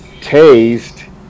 tased